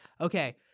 okay